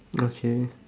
okay